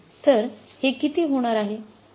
तर हे किती होणार आहे